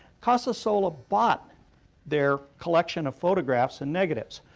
casasola bought their collection of photographs and negatives.